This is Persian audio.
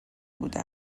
بوده